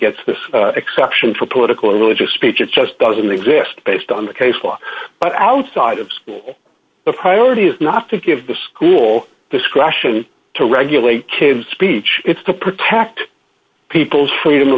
gets the exception for political or religious speech it just doesn't exist based on the case law but outside of school the priority is not to give the school discretion to regulate kids speech it's to protect people's freedom of